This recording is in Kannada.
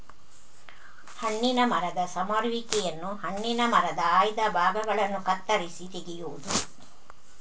ಹಣ್ಣಿನ ಮರದ ಸಮರುವಿಕೆಯನ್ನು ಹಣ್ಣಿನ ಮರದ ಆಯ್ದ ಭಾಗಗಳನ್ನು ಕತ್ತರಿಸಿ ತೆಗೆಯುವುದು